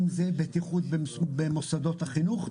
אם זה בטיחות במוסדות החינוך.